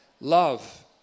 Love